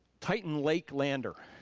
titan lake lander.